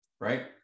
right